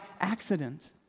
accident